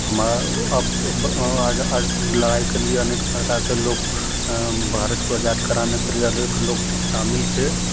हमारे आप आज लड़ाई करने के अनेक तरह के लोग भारत को आज़ाद कराने के लिए अधिक लोग शामिल थे